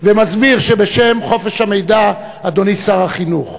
ומסביר שבשם חופש המידע, אדוני שר החינוך,